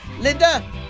Linda